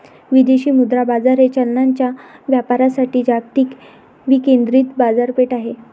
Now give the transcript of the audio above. विदेशी मुद्रा बाजार हे चलनांच्या व्यापारासाठी जागतिक विकेंद्रित बाजारपेठ आहे